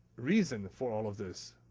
reason for all of this.